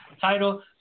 title